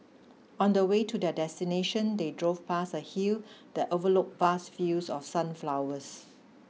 on the way to their destination they drove past a hill that overlooked vast fields of sunflowers